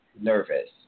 nervous